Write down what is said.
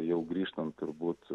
jau grįžtant turbūt